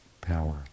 power